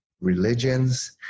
religions